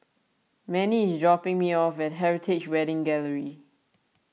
Manie is dropping me off at Heritage Wedding Gallery